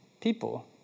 people